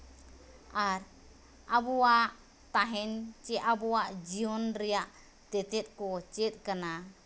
ᱟᱨ ᱟᱵᱚᱣᱟᱜ ᱛᱟᱦᱮᱱ ᱪᱮ ᱟᱵᱚᱣᱟᱜ ᱡᱤᱭᱚᱱ ᱨᱮᱭᱟᱜ ᱛᱮᱛᱮᱫ ᱠᱚ ᱪᱮᱫ ᱠᱟᱱᱟ